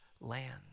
land